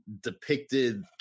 depicted